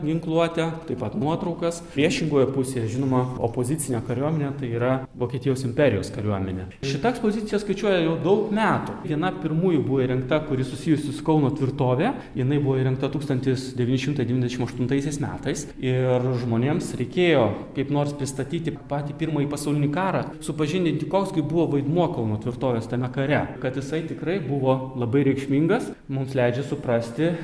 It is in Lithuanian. ginkluotė taip pat nuotraukas priešingoje pusėje žinoma opozicinė kariuomenė tai yra vokietijos imperijos kariuomenė šita ekspozicija skaičiuoja jau daug metų viena pirmųjų buvo įrengta kuri susijusi su kauno tvirtove jinai buvo įrengta tūkstantis devyni šimtai devyniasdešim aštuntaisiais metais ir žmonėms reikėjo kaip nors pristatyti patį pirmąjį pasaulinį karą supažindinti koks gi buvo vaidmuo kauno tvirtovės tame kare kad jisai tikrai buvo labai reikšmingas mums leidžia suprasti